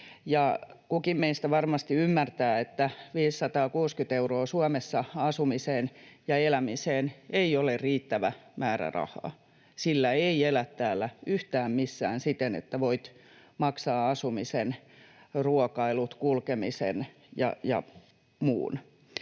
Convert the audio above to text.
kukin meistä varmasti ymmärtää, että 560 euroa Suomessa asumiseen ja elämiseen ei ole riittävä määrä rahaa. Sillä ei elä täällä yhtään missään siten, että voi maksaa asumisen, ruokailut, kulkemisen ja muun.